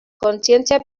kontzientzia